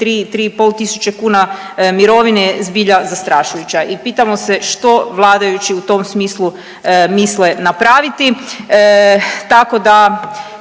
3-3,5 tisuće kuna mirovine je zbilja zastrašujuća i pitamo se što vladajući u tom smislu misle napraviti.